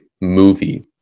movie